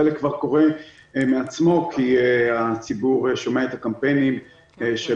חלק כבר קורה מעצמו כי הציבור שומע את הקמפיינים של